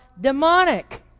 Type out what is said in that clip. demonic